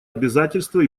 обязательства